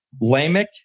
Lamech